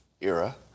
era